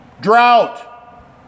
drought